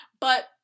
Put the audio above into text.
But-